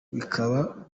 bakaba